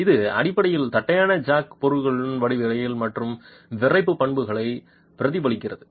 இது அடிப்படையில் தட்டையான ஜாக் பொருளின் வடிவியல் மற்றும் விறைப்பு பண்புகளை பிரதிபலிக்கிறது